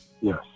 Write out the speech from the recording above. Yes